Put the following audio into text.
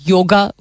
Yoga